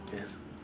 yes